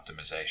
optimization